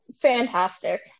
fantastic